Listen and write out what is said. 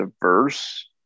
diverse